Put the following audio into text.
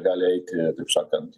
gali eiti taip sakant